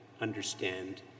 understand